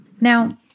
Now